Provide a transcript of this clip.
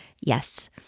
Yes